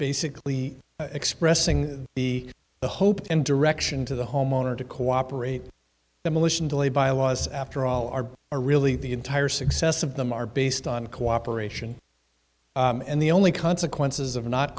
basically expressing the hope and direction to the homeowner to cooperate demolition delay byelaws after all are are really the entire success of them are based on cooperation and the only consequences of not